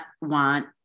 want